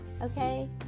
okay